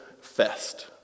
fest